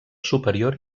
superior